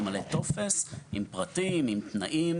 לחברת חשמל אתה ממלא טופס עם פרטים ועם תנאים.